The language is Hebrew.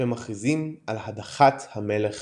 כשהם מכריזים על הדחת המלך